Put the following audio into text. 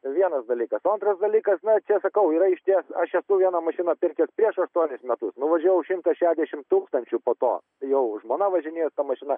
vienas dalykas o antras dalykas na čia sakau yra išties aš esu vieną mašiną papirkęs prieš aštuonis metus nuvažiavau šimtą šešiasdešimt tūkstančių po to auo žmona važinėjosi su ta mašina